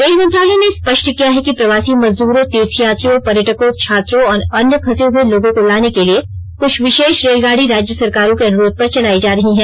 rail मंत्रालय ने स्पष्ट किया है कि प्रवासी मजदूरों तीर्थयात्रियों पर्यटकों छात्रों और अन्य फंसे हुए लोगों को लाने के लिए कुछ विशेष रेलगाड़ी राज्य सरकारों के अनुरोध पर चलाई जा रही हैं